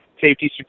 safety